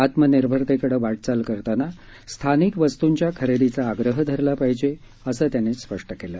आत्मनिर्भरतेकडे वाटचाल करताना स्थानिक वस्तूंच्या खरेदीचा आग्रह धरला पाहिजे असं त्यांनी स्पष्ट केलं